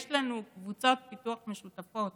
יש לנו קבוצות פיתוח משותפות